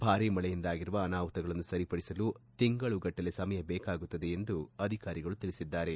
ಭಾರಿ ಮಳೆಯಿಂದಾಗಿರುವ ಅನಾಹುತಗಳನ್ನು ಸರಿಪಡಿಸಲು ತಿಂಗಳುಗಟ್ಟಲೆ ಸಮಯ ಬೇಕಾಗುತ್ತದೆ ಎಂದು ಅಧಿಕಾರಿಗಳು ತಿಳಿಸಿದ್ದಾರೆ